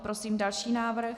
Prosím další návrh.